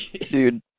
Dude